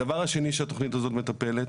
הדבר השני שהתכנית הזאת מטפלת,